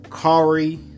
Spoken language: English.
Kari